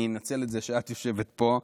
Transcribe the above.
אני אנצל את זה שאת יושבת פה,